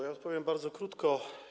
Ja odpowiem bardzo krótko.